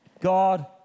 God